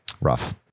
Rough